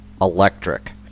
electric